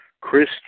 Chris